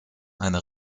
eine